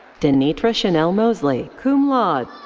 danitra chanel mosley, cum laude.